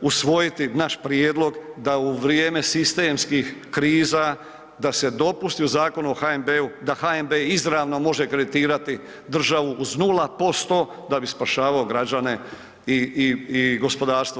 usvojiti naš prijedlog da u vrijeme sistemskih kriza, da se dopusti u Zakonu o HNB-u, da HNB izravno može kreditirati državu uz 0% da bi spašavao građane i gospodarstvo.